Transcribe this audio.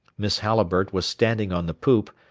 miss halliburtt was standing on the poop,